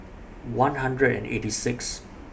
one hundred and eighty Sixth